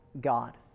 God